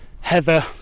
heather